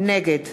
נגד